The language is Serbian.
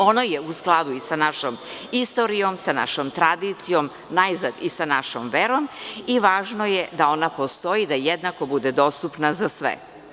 Ono je u skladu i sa našom istorijom, sa našom tradicijom, najzad i sa našom verom i važno je da ona postoji i da jednako bude dostupna za sve.